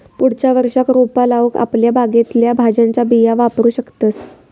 पुढच्या वर्षाक रोपा लाऊक आपल्या बागेतल्या भाज्यांच्या बिया वापरू शकतंस